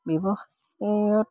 ব্যৱসায়ত